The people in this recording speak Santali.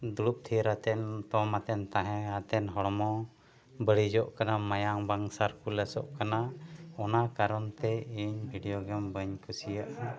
ᱫᱩᱲᱩᱵ ᱛᱷᱤᱨ ᱟᱛᱮᱫ ᱫᱚᱱᱟᱛᱮᱱ ᱛᱟᱦᱮᱸᱭᱟᱛᱮᱜ ᱦᱚᱲᱢᱚ ᱵᱟᱹᱲᱤᱡᱚᱜ ᱠᱟᱱᱟ ᱢᱟᱭᱟᱢ ᱵᱟᱝ ᱥᱟᱨᱠᱩᱞᱮᱥᱚᱜ ᱠᱟᱱᱟ ᱚᱱᱟ ᱠᱟᱨᱚᱱᱛᱮ ᱤᱧ ᱵᱷᱤᱰᱭᱳ ᱜᱮᱹᱢ ᱵᱟᱹᱧ ᱠᱩᱥᱤᱭᱟᱜᱼᱟ